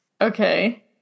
Okay